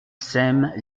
s’aiment